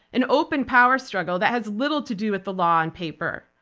an open power struggle that has little to do with the law and paper.